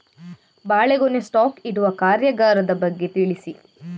ಬಾಳೆಗೊನೆ ಸ್ಟಾಕ್ ಇಡುವ ಕಾರ್ಯಗಾರದ ಬಗ್ಗೆ ತಿಳಿಸಿ